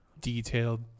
detailed